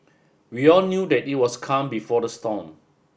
we all knew that it was the calm before the storm